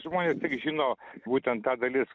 žmonės tik žino būtent ta dalis